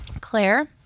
Claire